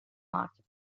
market